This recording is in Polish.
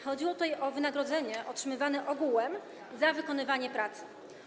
Chodziło tutaj o wynagrodzenie otrzymywane ogółem za wykonywanie pracy.